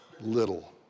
little